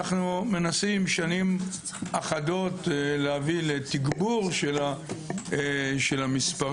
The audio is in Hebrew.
אנו מנסים שנים אחדות להביא לתגבור של המספרים.